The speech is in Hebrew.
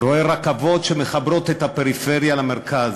ורואה רכבות שמחברות את הפריפריה למרכז,